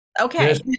Okay